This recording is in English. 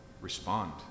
respond